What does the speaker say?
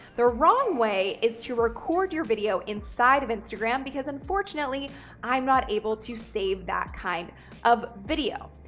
the wrong way is to record your video inside of instagram because unfortunately i'm not able to save that kind of video.